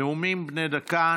נאומים בני דקה.